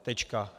Tečka.